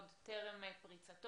עוד טרם פריצתו,